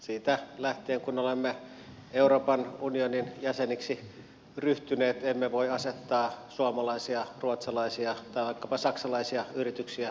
siitä lähtien kun olemme euroopan unionin jäseneksi ryhtyneet emme voi asettaa suomalaisia ruotsalaisia tai vaikkapa saksalaisia yrityksiä eri asemaan